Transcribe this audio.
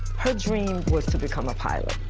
her dream was to become a pilot,